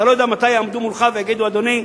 אתה לא יודע מתי יעמדו מולך ויגידו: אדוני,